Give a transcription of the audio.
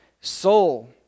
Soul